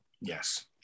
yes